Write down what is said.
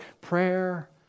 prayer